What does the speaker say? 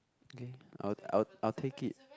okay I'll I'll I'll take it